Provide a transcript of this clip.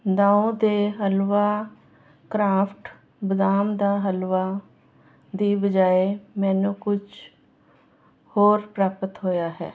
ਦਾਉ ਦੇ ਹਲਵਾ ਕਰਾਫਟ ਬਦਾਮ ਦਾ ਹਲਵਾ ਦੀ ਬਜਾਏ ਮੈਨੂੰ ਕੁਛ ਹੋਰ ਪ੍ਰਾਪਤ ਹੋਇਆ ਹੈ